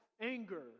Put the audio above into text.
anger